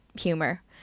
humor